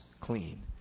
clean